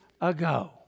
ago